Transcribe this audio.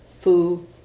fu